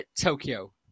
Tokyo